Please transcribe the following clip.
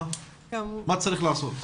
מה צריך לעשות?